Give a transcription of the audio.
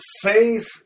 Faith